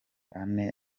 ane